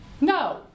No